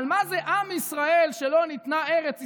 אבל מה זה עם ישראל, שלו ניתנה ארץ ישראל,